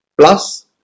Plus